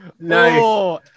nice